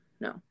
No